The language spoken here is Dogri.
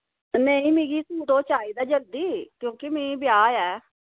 नेईं मिगी ओह् सूट चाहिदा जल्दी क्योंकि मिगी ब्याह् ऐ